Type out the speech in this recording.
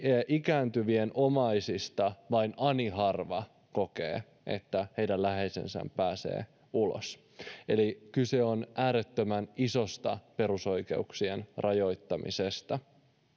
ikääntyvien omaisista vain ani harva kokee että heidän läheisensä pääsevät ulos eli kyse on äärettömän isosta perusoikeuksien rajoittamisesta